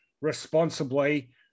responsibly